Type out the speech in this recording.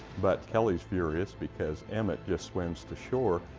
but kelley is furious because emmitt just swims to shore,